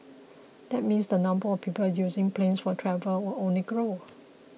that means the number of people using planes for travel will only grow